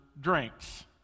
drinks